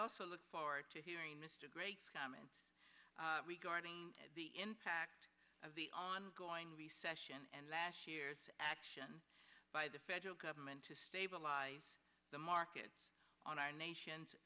also look forward to hearing mr gray comments regarding the impact of the ongoing recession and last year's action by the federal government to stabilize the markets on our nation